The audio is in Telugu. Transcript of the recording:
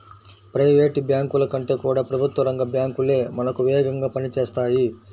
ప్రైవేట్ బ్యాంకుల కంటే కూడా ప్రభుత్వ రంగ బ్యాంకు లే మనకు వేగంగా పని చేస్తాయి